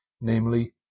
namely